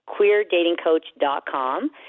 QueerDatingCoach.com